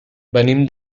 venim